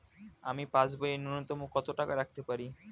আমি পাসবইয়ে ন্যূনতম কত টাকা রাখতে পারি?